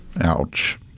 Ouch